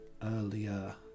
earlier